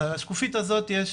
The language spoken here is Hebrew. בשקופית הזאת יש